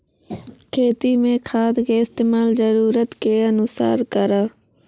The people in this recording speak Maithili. खेती मे खाद के इस्तेमाल जरूरत के अनुसार करऽ